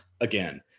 again